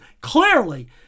clearly